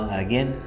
again